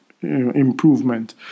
improvement